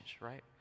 right